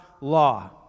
law